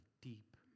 deep